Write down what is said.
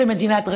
ומדינת רווחה.